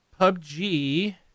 PUBG